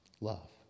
love